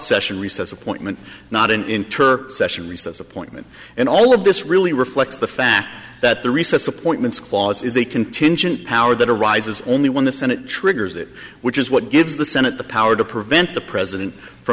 session recess appointment not an inter session recess appointment and all of this really reflects the fact that the recess appointments clause is a contingent power that arises only when the senate triggers it which is what gives the senate the power to prevent the president f